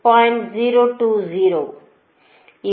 020